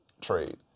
trade